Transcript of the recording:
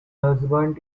husband